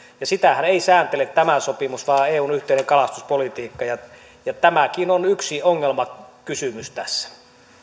ja sitähän ei sääntele tämä sopimus vaan eun yhteinen kalastuspolitiikka tämäkin on yksi ongelmakysymys tässä